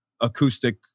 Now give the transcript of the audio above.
acoustic